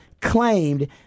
claimed